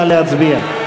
נא להצביע.